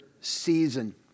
season